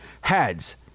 heads